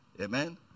Amen